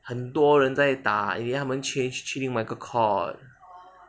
很多人在打 in the end 他们 change 去另外一个 court